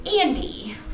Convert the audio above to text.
Andy